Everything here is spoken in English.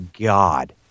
God